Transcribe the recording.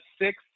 Six